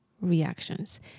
reactions